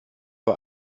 war